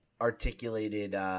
articulated –